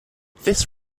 this